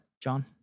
John